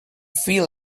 feel